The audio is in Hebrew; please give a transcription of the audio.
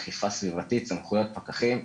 אכיפה סביבתית סמכויות פקחים.